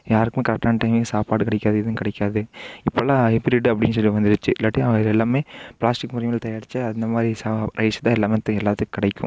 யாருக்கும் கரெட்டான டைமிங்க்கு சாப்பாடு கிடைக்காது ஏதும் கிடைக்காது இப்போதெல்லாம் ஹைப்ரிட் அப்படின்னு சொல்லி வந்துருச்சு இல்லாட்டி எல்லாமே பிளாஸ்டிக் தயாரித்தா அந்தமாதிரி சா ரைஸ் தான் எல்லாமே எல்லாத்துக்கும் கிடைக்கும்